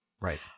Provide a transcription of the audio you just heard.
Right